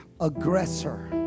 aggressor